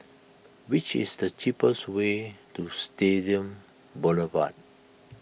which is the cheapest way to Stadium Boulevard